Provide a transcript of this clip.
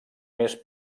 més